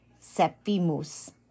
sepimus